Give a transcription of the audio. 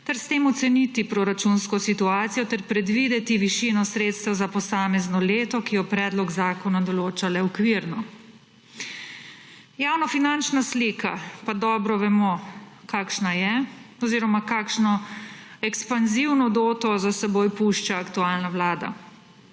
ter s tem oceniti proračunsko situacijo ter predvideti višino sredstev za posamezno leto, ki jo predlog zakona določa le okvirno. Javnofinančna slika pa dobro vemo, kakšna je oziroma kakšno ekspanzivno doto za seboj pušča aktualna vlada.